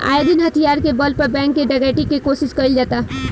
आये दिन हथियार के बल पर बैंक में डकैती के कोशिश कईल जाता